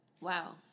wow